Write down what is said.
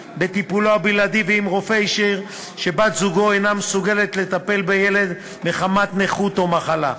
הבלעדי ואם רופא אישר שבת-זוגו אינה מסוגלת לטפל בילד מחמת נכות או מחלה.